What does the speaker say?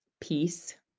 peace